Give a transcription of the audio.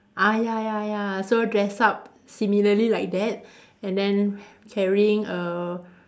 ah ya ya ya so dress up similarly like that and then carrying a